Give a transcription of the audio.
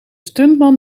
stuntman